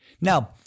Now